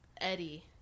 Eddie